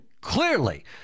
clearly